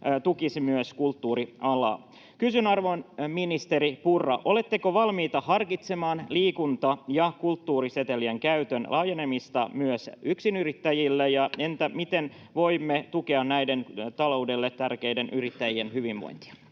tukisi myös kulttuurialaa. Kysyn, arvon ministeri Purra: Oletteko valmis harkitsemaan liikunta- ja kulttuurisetelien käytön laajenemista myös yksinyrittäjille? Entä miten voimme tukea näiden taloudelle tärkeiden yrittäjien hyvinvointia?